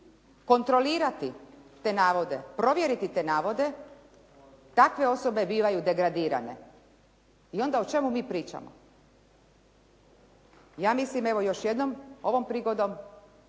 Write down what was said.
kontrolirati te navode, provjeriti te navode, takve osobe bivaju degradirane. I onda o čemu mi pričamo? Ja mislim evo još jednom, ovom prigodom